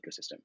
ecosystem